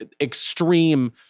extreme